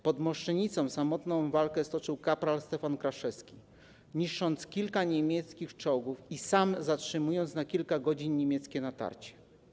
Pod Moszczenicą samotną walkę stoczył kpr. Stefan Karaszewski, niszcząc kilka niemieckich czołgów i sam zatrzymując na kilka godzin niemieckie natarcie.